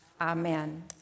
Amen